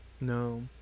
no